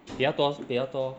比较多是比较多